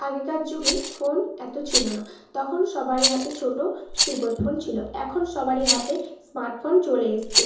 আগেকার যুগে ফোন এত ছিল না তখন সবারই হাতে ছোট ফোন ছিল এখন সবারই হাতে স্মার্টফোন চলে এসেছে